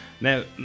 Now